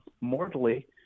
mortally